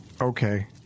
Okay